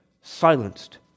silenced